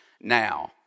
now